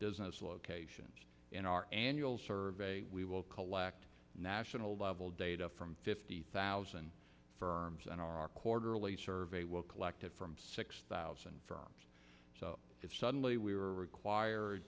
business locations in our annual survey we will collect national level data from fifty thousand firms and our quarterly survey will collect it from six thousand if suddenly we were required